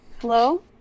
Hello